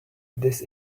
this